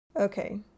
Okay